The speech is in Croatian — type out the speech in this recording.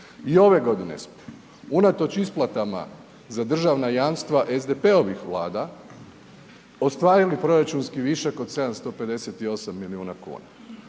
I ove godine smo unatoč isplatama za državna jamstva SDP-ovih vlada, ostvarili proračuni višak od 758 milijuna kuna.